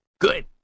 Good